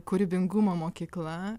kūrybingumo mokykla